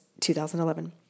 2011